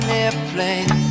airplane